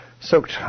soaked